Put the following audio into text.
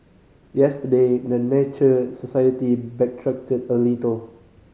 yesterday the Nature Society backtracked a little